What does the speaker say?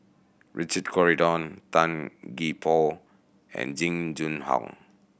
Richard Corridon Tan Gee Paw and Jing Jun Hong